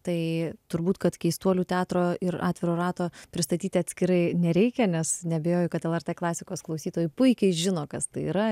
tai turbūt kad keistuolių teatro ir atviro rato pristatyti atskirai nereikia nes neabejoju kad lrt klasikos klausytojai puikiai žino kas tai yra